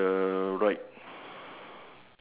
so